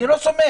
אני לא סומך.